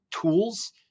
tools